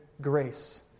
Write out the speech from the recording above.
grace